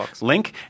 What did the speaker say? Link